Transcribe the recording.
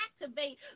activate